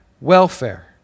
welfare